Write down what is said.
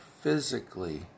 physically